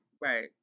Right